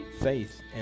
faith